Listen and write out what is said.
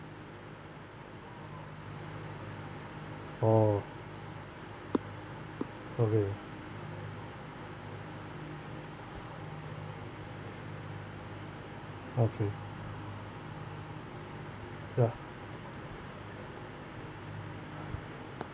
oh okay okay ya